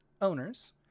owners